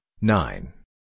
nine